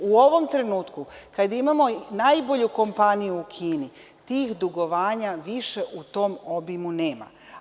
U ovom trenutku, kada imamo najbolju kompaniju u Kini, tih dugovanja više u tom obimu nema.